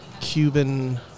Cuban